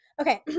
Okay